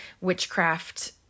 witchcraft